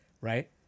right